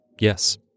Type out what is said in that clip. Yes